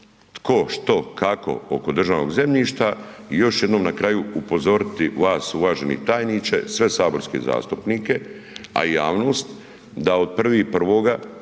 tko, što, kako, oko državnog zemljišta i još ću jednom na kraju upozoriti vas, uvaženi tajniče, sve saborske zastupnike a i javnost da od 1.1.